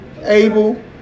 Abel